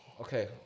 Okay